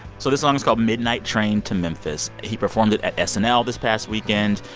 so this song is called midnight train to memphis. he performed it at snl this past weekend.